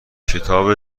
کتاب